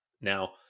Now